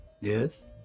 Yes